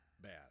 bad